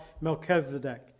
Melchizedek